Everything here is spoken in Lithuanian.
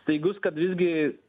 staigus kad visgi